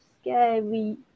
scary